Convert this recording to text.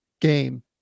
game